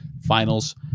finals